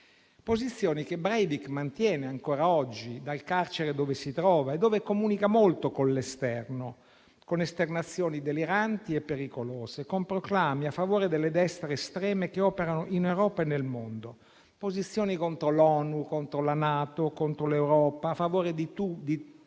Posizioni che Breivik mantiene ancora oggi dal carcere dove si trova e dove comunica molto con l'esterno, con esternazioni deliranti e pericolose, con proclami a favore delle destre estreme che operano in Europa e nel mondo, posizioni contro l'ONU, contro la NATO, contro l'Europa, a favore di Putin